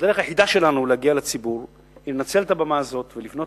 הדרך היחידה שלנו להגיע לציבור היא לנצל את הבמה הזאת ולפנות